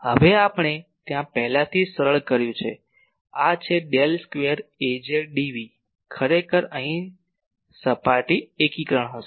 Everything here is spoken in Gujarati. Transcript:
હવે આપણે ત્યાં પહેલાથી જ સરળ કર્યું છે આ છે ડેલ સ્ક્વેર Az dv ખરેખર અહીં સપાટી એકીકરણ હશે